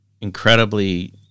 incredibly